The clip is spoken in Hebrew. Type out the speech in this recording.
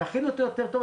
נכין יותר טוב,